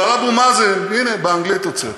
אבל על אבו מאזן, הנה, באנגלית הוצאתי.